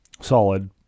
Solid